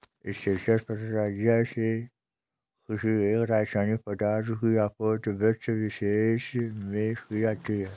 straight fertiliser से किसी एक रसायनिक पदार्थ की आपूर्ति वृक्षविशेष में की जाती है